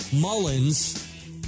Mullins